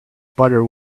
butter